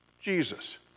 Jesus